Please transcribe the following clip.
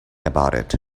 about